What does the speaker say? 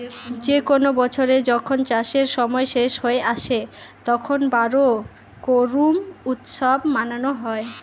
যে কোনো বছরে যখন চাষের সময় শেষ হয়ে আসে, তখন বোরো করুম উৎসব মানানো হয়